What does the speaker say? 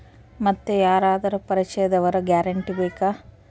ಮತ್ತೆ ಯಾರಾದರೂ ಪರಿಚಯದವರ ಗ್ಯಾರಂಟಿ ಬೇಕಾ?